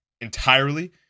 entirely